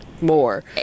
more